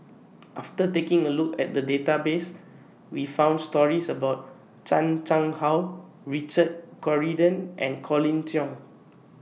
after taking A Look At The Database We found stories about Chan Chang How Richard Corridon and Colin Cheong